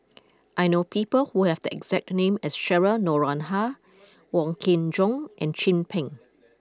I know people who have the exact name as Cheryl Noronha Wong Kin Jong and Chin Peng